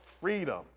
freedom